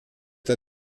der